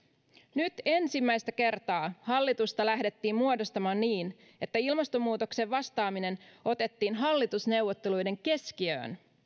nyt ensimmäistä kertaa hallitusta lähdettiin muodostamaan niin että ilmastonmuutokseen vastaaminen otettiin hallitusneuvotteluiden keskiöön